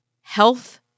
health